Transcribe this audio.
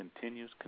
continues